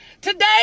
today